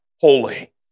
holy